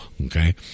Okay